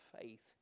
faith